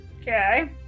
Okay